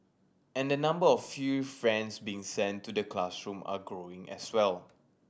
and the number of furry friends being sent to the classroom are growing as well